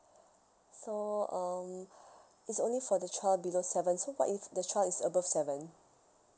so um it's only for the child below seven so what if the child is above seven